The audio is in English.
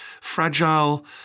fragile